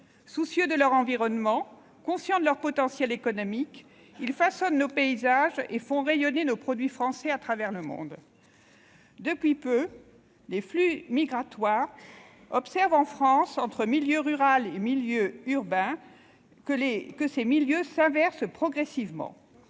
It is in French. Soucieux de leur environnement, conscients de leur potentiel économique, ils façonnent nos paysages et font rayonner les produits français à travers le monde. Depuis peu, les flux migratoires observés en France entre milieu rural et milieu urbain s'inversent progressivement